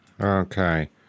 okay